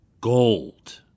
gold